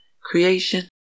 creation